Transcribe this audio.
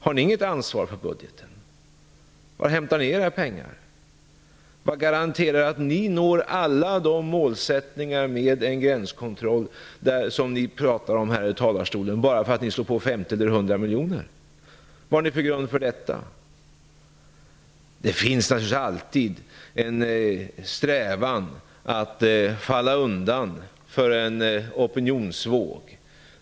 Har ni inget ansvar för budgeten? Var hämtar ni era pengar? Vad garanterar att ni når alla de målsättningar med en gränskontroll som ni pratar om här i talarstolen, bara därför att ni slår på 50 eller 100 miljoner? Vilken grund har ni för detta? Det finns naturligtvis alltid en strävan att falla undan för en opinionsvåg.